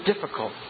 difficult